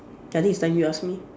I think it's time you ask me